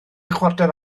chwarter